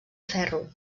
ferro